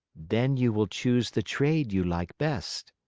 then you will choose the trade you like best.